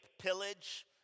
pillage